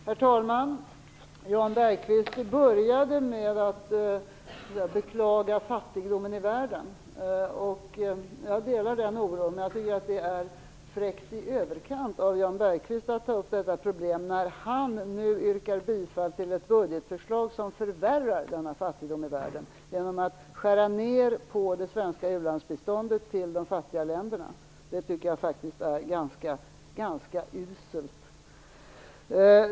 Herr talman! Jan Bergqvist började med att beklaga fattigdomen i världen. Jag delar den oron. Men jag tycker att det är fräckt i överkant av Jan Bergqvist att ta upp detta problem när han nu yrkar bifall till ett budgetförslag som förvärrar denna fattigdom i världen - ett förslag som innebär att man skär ned det svenska biståndet till de fattiga länderna. Det tycker jag faktiskt är ganska uselt.